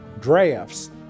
drafts